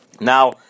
Now